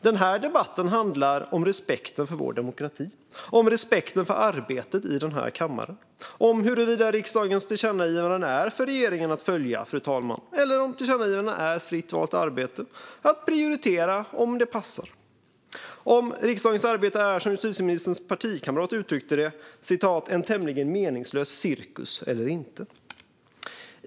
Den här debatten handlar om respekten för vår demokrati, om respekten för arbetet i den här kammaren, om huruvida riksdagens tillkännagivanden är för regeringen att följa, fru talman, eller om de utgör fritt valt arbete, att prioritera om det passar. Den handlar om ifall riksdagens arbete är, som justitieministerns partikamrat uttryckte det, en "tämligen meningslös cirkus" eller inte.